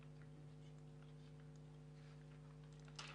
על מה שאנחנו רואים אותו כלא פחות מיום היסטורי.